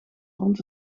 rond